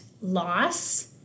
loss